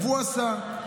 והוא עשה.